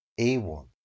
A1